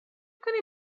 کنی